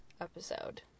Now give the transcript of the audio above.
episode